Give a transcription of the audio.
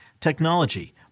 technology